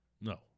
No